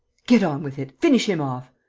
get on with it. finish him off!